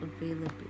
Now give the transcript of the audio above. available